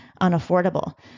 unaffordable